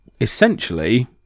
Essentially